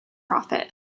profit